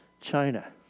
China